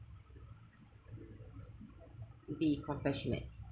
be compassionate